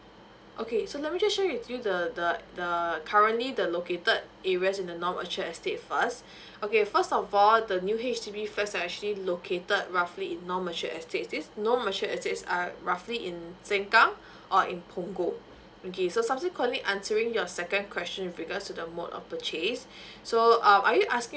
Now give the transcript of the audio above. okay so let me just show with you the the the currently the located areas in the non mature estates first okay first of all the new H_D_B flats are actually located roughly in non mature estates this non mature estates is uh roughly in sengkang or in punggol okay so subsequently answering your second question with regards to the mode of purchase so uh are you asking